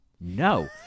No